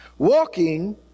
walking